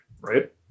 right